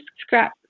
scrap